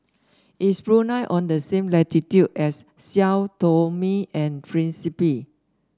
is Brunei on the same latitude as Sao Tome and Principe